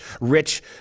rich